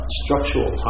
structural